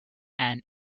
and